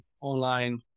online